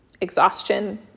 exhaustion